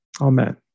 Amen